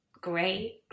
great